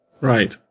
Right